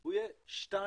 הוא יהיה 2.40,